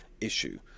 issue